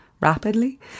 rapidly